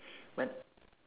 but